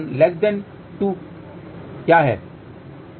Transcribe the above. और S11 2 क्या है